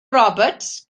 roberts